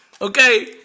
Okay